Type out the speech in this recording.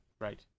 Right